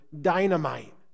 dynamite